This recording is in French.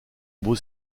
beau